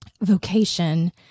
vocation